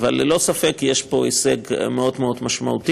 אבל ללא ספק יש פה הישג מאוד מאוד משמעותי.